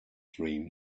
dream